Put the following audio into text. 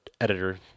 editor